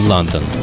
London